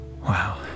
Wow